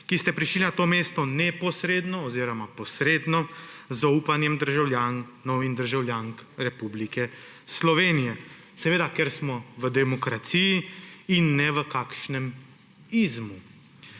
ki ste prišli na to mesto neposredno oziroma posredno z zaupanjem državljanov in državljank Republike Slovenije, seveda ker smo v demokraciji in ne v kakšnem izmu.